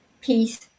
peace